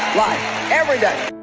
life every day